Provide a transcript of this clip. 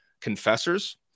confessors